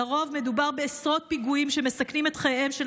לרוב מדובר בעשרות פיגועים שמסכנים את חייהם של